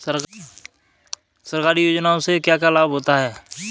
सरकारी योजनाओं से क्या क्या लाभ होता है?